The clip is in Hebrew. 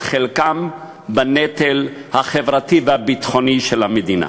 חלקם בנטל החברתי והביטחוני של המדינה.